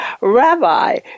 Rabbi